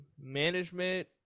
management